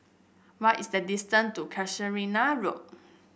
what is the distance to Casuarina Road